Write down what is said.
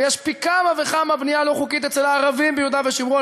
ויש פי כמה וכמה בנייה לא חוקית אצל הערבים ביהודה ושומרון,